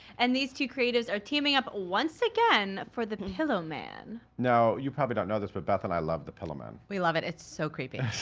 and these two creatives are teaming up once again for the pillow man. now, you probably don't know this, but beth and i love the pillow man. we love it. it's so creepy.